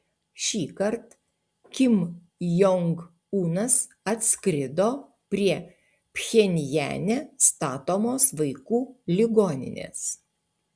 šįkart kim jong unas atskrido prie pchenjane statomos vaikų ligoninės